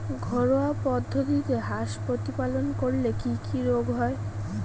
ঘরোয়া পদ্ধতিতে হাঁস প্রতিপালন করলে কি কি রোগ হয়?